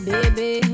Baby